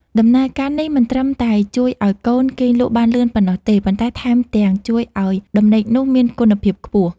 ដំណើរការនេះមិនត្រឹមតែជួយឱ្យកូនគេងលក់បានលឿនប៉ុណ្ណោះទេ ប៉ុន្តែថែមទាំងជួយឱ្យដំណេកនោះមានគុណភាពខ្ពស់